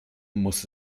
muss